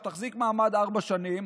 שתחזיק מעמד ארבע שנים,